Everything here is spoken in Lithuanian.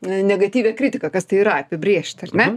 negatyvią kritiką kas tai yra apibrėžti ar ne